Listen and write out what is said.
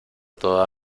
toda